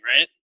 right